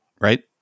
right